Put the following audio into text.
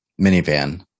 minivan